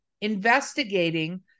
investigating